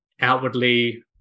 outwardly